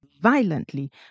violently